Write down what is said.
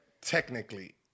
technically